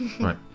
Right